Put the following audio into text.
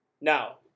Now